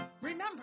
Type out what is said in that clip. Remember